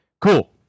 Cool